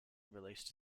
released